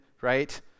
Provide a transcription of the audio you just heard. right